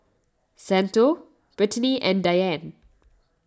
Santo Brittany and Diane